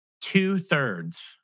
two-thirds